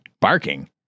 barking